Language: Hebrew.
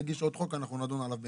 תגיש עוד חוק ואנחנו נדון עליו בנפרד.